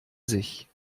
sich